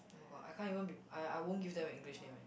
oh-my-god I can't even be I I won't even give them a English name eh